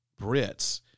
Brits